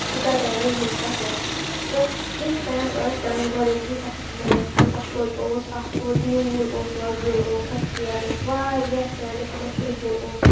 سُہ کرییہِ مےٚ مِنترٛا پٮ۪ٹھ تہٕ تِم پٮ۪ن ٲسۍ رنٛگ برنٛگی تَتھ منٛز تہٕ تَتھ منٛز اوس اَکھ اوس نیوٗل اوس وۄزُل اوس سفید اوس واریاہ پٮ۪ن ٲسۍ تِم ٲسۍ کرُہُن اوس